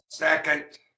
Second